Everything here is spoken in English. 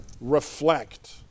reflect